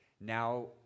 Now